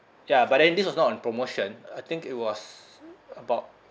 ya but then this was not on promotion I think it was about